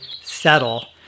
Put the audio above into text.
settle